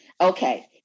Okay